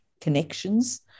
connections